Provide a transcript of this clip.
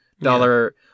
dollar